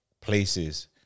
places